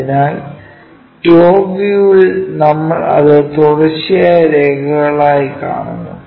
അതിനാൽ ടോപ് വ്യൂവിൽ നമ്മൾ അത് തുടർച്ചയായ രേഖകളിലൂടെ കാണിക്കുന്നു